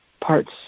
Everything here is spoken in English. parts